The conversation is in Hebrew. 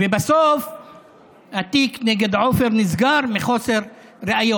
ובסוף התיק נגד עופר נסגר מחוסר ראיות.